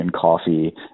coffee